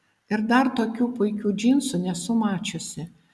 ir dar tokių puikių džinsų nesu mačiusi